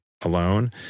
alone